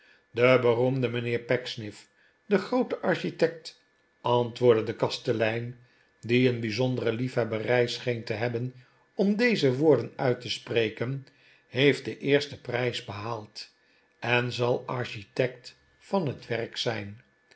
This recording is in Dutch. ee beroemde mijnheer pecksniff de groove architect antwoordde de kastelein die een bijzondere liefhebberij scheen te hebben om deze woorden uit te spreken heeft den eersten prijs behaald en zal architect van het werk zijn